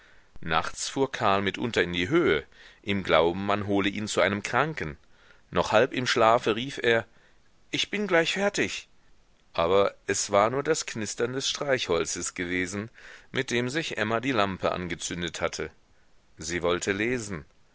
nachts fuhr karl mitunter in die höhe im glauben man hole ihn zu einem kranken noch halb im schlafe rief er ich bin gleich fertig aber es war nur das knistern des streichholzes gewesen mit dem sich emma die lampe angezündet hatte sie wollte lesen